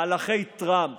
מהלכי טראמפ